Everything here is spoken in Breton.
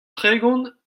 tregont